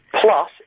Plus